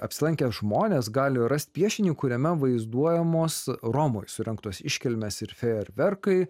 apsilankę žmonės gali rasti piešinį kuriame vaizduojamos romoje surengtos iškilmės ir fejerverkai